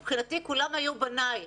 מבחינתי כולם היו בניי.